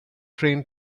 train